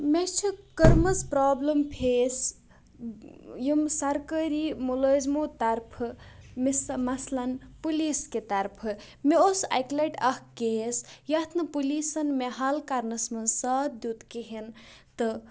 مےٚ چھِ کٔرمٕژ پرٛابلم فیس یِم سَرکٲری مُلٲزمو طرفہٕ مِثا مَثلن پُلیٖس کہِ طرفہٕ مےٚ اوس اَکہِ لَٹہِ اَکھ کیس یَتھ نہٕ پُلیٖسَن مےٚ حَل کَرنَس منٛز ساتھ دیُٚت کِہیٖنۍ تہٕ